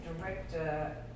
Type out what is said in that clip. director